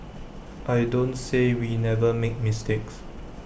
I don't say we never make mistakes